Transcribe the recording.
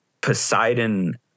Poseidon